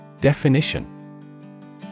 Definition